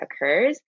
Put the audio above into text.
occurs